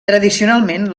tradicionalment